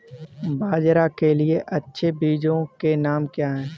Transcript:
बाजरा के लिए अच्छे बीजों के नाम क्या हैं?